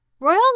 Royal